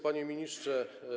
Panie Ministrze!